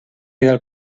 del